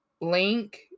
Link